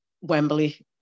Wembley